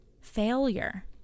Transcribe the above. failure